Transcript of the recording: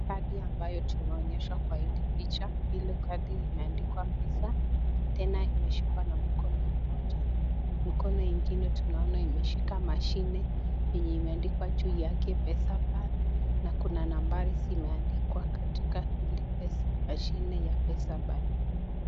Kadi ambalo tumeonyeshwa kwa hili picha, hilo kadi imeandikwa visa, tena imeshikwa mkono mmoja, mkono ingine tunaona imeshika mashine yenye imeandikwa kwa juu yake Pesapal na kuna nambari zimeandikwa katika hili mashine ya ya pesapal.